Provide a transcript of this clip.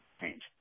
Change